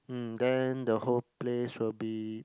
mm then the whole place will be